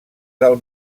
del